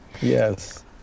Yes